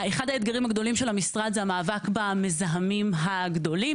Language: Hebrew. אחד האתגרים הגדולים של המשרד זה במאבק במזהמים הגדולים,